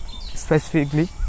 specifically